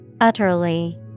utterly